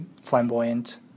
flamboyant